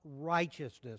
righteousness